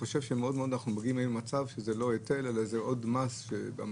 שאנחנו מגיעים למצב שזה לא היטל, זה עוד מס.